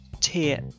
tier